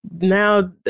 now